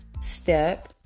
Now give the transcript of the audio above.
step